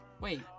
Wait